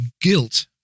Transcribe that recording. guilt